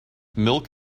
milk